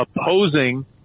opposing